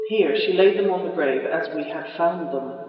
here she laid them on the grave as we had found them,